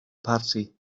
parti